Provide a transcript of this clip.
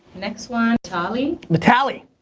next one, vitaly. vitaly.